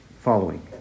following